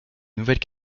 nouvelle